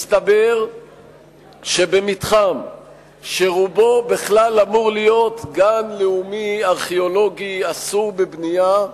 מסתבר שבמתחם שרובו בכלל אמור להיות גן לאומי ארכיאולוגי אסור בבנייה,